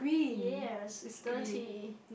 yes it is dirty